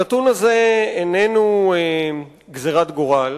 הנתון הזה איננו גזירת גורל,